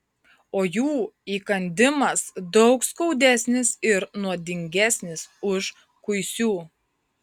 o jų įkandimas daug skaudesnis ir nuodingesnis už kuisių